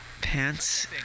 pants